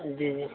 جی جی